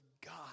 God